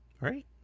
right